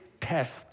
test